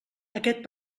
aquest